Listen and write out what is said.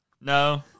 No